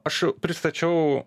aš pristačiau